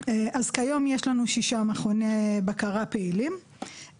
אז כיום יש לנו שישה מכוני בקרה פעילים,